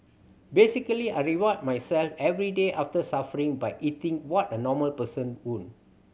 basically I reward myself every day after suffering by eating what a normal person would